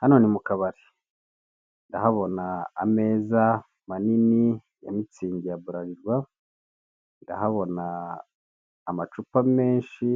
Hano ni mu kabari, ndahabona ameza manini ya mitsingi ya burarirwa, ndahabona amacupa menshi